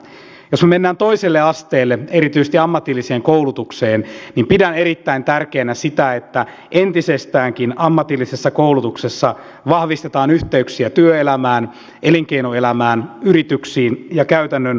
jos me menemme toiselle asteelle erityisesti ammatilliseen koulutukseen niin pidän erittäin tärkeänä sitä että entisestäänkin ammatillisessa koulutuksessa vahvistetaan yhteyksiä työelämään elinkeinoelämään yrityksiin ja käytännön työpaikkoihin